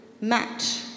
match